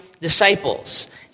disciples